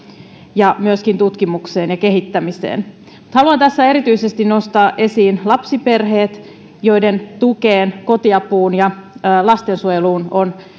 ja myöskin tutkimukseen ja kehittämiseen haluan tässä erityisesti nostaa esiin lapsiperheet joiden tukeen kotiapuun ja lastensuojeluun on